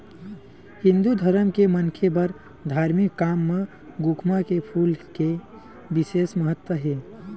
हिंदू धरम के मनखे बर धारमिक काम म खोखमा के फूल के बिसेस महत्ता हे